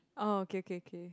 oh K K K